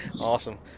awesome